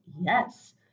yes